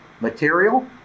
material